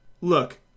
look